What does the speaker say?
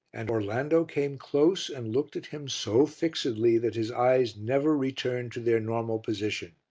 and orlando came close and looked at him so fixedly that his eyes never returned to their normal position.